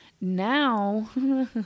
now